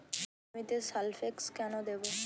জমিতে সালফেক্স কেন দেবো?